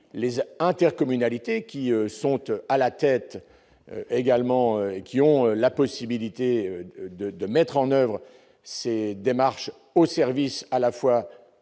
les a intercommunalités qui sont, eux, à la tête également, qui ont la possibilité de de mettre en oeuvre ces démarches au service, à la fois